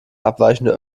abweichende